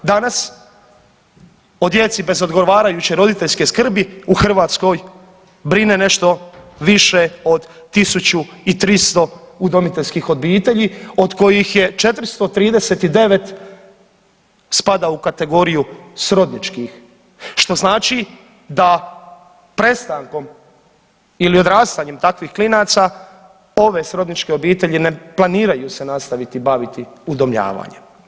Danas o djeci bez odgovarajuće roditeljske skrbi u Hrvatskoj brine nešto više od 1300 udomiteljskih obitelji od kojih je 439 spada u kategoriju srodničkih, što znači da prestankom ili odrastanjem takvih klinaca ove srodničke obitelji ne planiraju se nastaviti baviti udomljavanjem.